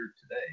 today